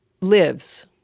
lives